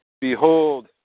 Behold